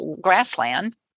grassland